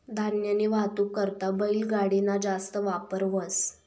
धान्यनी वाहतूक करता बैलगाडी ना जास्त वापर व्हस